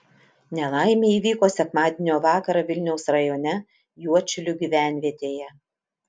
nelaimė įvyko sekmadienio vakarą vilniaus rajone juodšilių gyvenvietėje